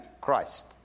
Christ